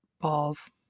Balls